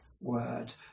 Word